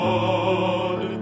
God